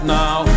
now